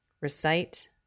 recite